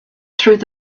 through